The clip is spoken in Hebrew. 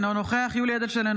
אינו נוכח יולי יואל אדלשטיין,